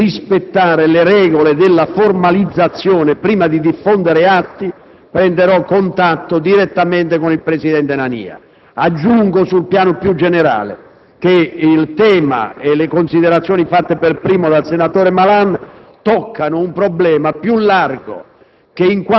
di rispettare le regole della formalizzazione prima di diffondere atti, prenderò contatto direttamente con il presidente Nania. Aggiungo, sul piano più generale, che il tema e le considerazioni fatte per primo dal senatore Malan toccano un problema più ampio,